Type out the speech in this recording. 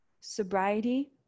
sobriety